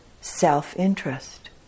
self-interest